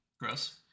Gross